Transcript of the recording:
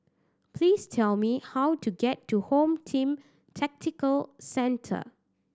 please tell me how to get to Home Team Tactical Centre